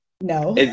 No